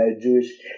Jewish